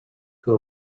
who